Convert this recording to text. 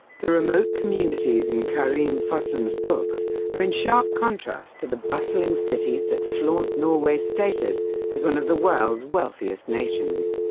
the remote communities in karin fossum's books are in sharp contrast to the bustling cities that flaunt norway's status as one of the world's wealthiest nations.